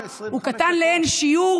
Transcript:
הוא קטן לאין שיעור